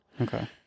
Okay